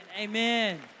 amen